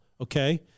Okay